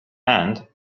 and